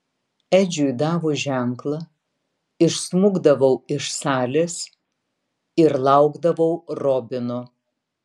edžiui davus ženklą išsmukdavau iš salės ir laukdavau robino